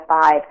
five